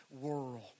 world